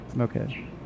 Okay